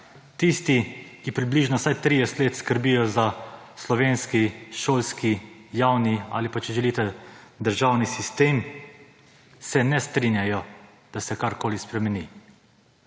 Tisti, ki približno vsaj 30 let skrbijo za slovenski šolski javni ali pa, če želite, državni sistem, se ne strinjajo, da se karkoli spremeni.